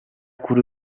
kuri